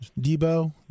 Debo